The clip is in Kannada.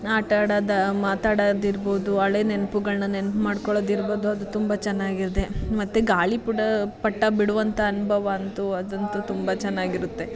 ಆಟಾಡೋದು ಮಾತಾಡೋದಿರ್ಬೋದು ಹಳೆಯ ನೆನ್ಪುಗಳನ್ನು ನೆನ್ಪು ಮಾಡ್ಕೊಳೋದು ಇರ್ಬೋದು ಅದು ತುಂಬ ಚೆನ್ನಾಗಿದೆ ಮತ್ತು ಗಾಳಿಪಟ ಪಟ ಬಿಡುವಂಥ ಅನುಭವ ಅಂತೂ ಅದಂತೂ ತುಂಬ ಚೆನ್ನಾಗಿರುತ್ತೆ